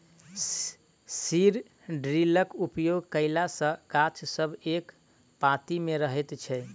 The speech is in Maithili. सीड ड्रिलक उपयोग कयला सॅ गाछ सब एक पाँती मे रहैत छै